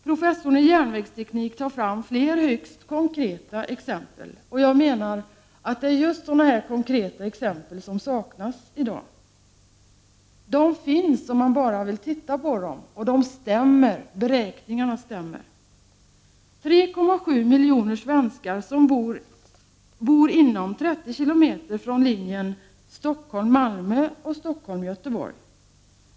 Professorn i järnvägsteknik tar fram fler högst konkreta exempel, och det är just sådana som saknas i dag. De finns, om man bara vill titta på dem, och beräkningarna stämmer. 3,7 miljoner svenskar bor inom 30 km från linjerna Stockholm-Malmö och Stockholm-Göteborg.